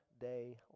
day